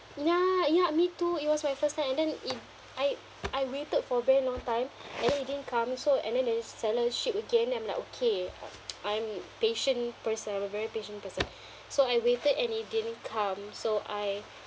ya ya me too it was my first time and then it I I waited for very long time and then it didn't come so and then that seller shipped again and I'm like okay uh I'm patient person I'm a very patient person so I waited and it didn't come so I